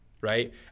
right